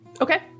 Okay